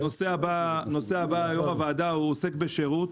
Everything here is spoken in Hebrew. הנושא הבא יו"ר הוועדה עוסק בשירות,